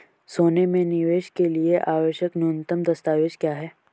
सोने में निवेश के लिए आवश्यक न्यूनतम दस्तावेज़ क्या हैं?